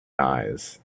eyes